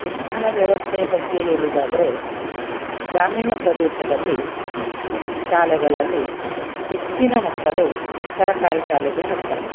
ಶಿಕ್ಷಣ ವ್ಯವಸ್ಥೆಯ ಬಗ್ಗೆ ಹೇಳುದಾದ್ರೆ ಗಾಮೀಣ ಪ್ರದೇಶದಲ್ಲಿ ಶಾಲೆಗಳಲ್ಲಿ ಹೆಚ್ಚಿನ ಮಕ್ಕಳು ಸರ್ಕಾರಿ ಶಾಲೆಗೆ ಹೋಗ್ತಾರೆ